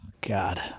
God